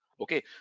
Okay